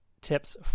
tips